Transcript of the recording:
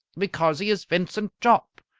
because he is vincent jopp!